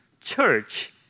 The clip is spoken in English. church